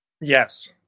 yes